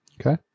Okay